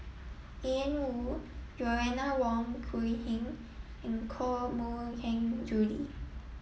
Ian Woo Joanna Wong Quee Heng and Koh Mui Hiang Julie